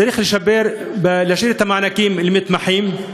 צריך להשאיר את המענקים למתמחים,